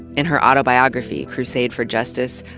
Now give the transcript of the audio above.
in her autobiography, crusade for justice,